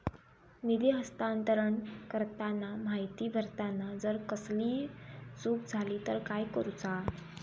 निधी हस्तांतरण करताना माहिती भरताना जर कसलीय चूक जाली तर काय करूचा?